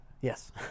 Yes